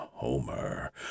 Homer